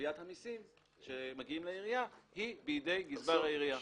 גביית המיסים שמגיעים לעירייה היא בידי גזבר העירייה.